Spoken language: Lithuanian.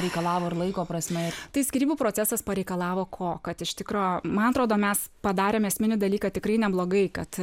reikalavo ir laiko prasme tai skyrybų procesas pareikalavo ko kad iš tikro man atrodo mes padarėm esminį dalyką tikrai neblogai kad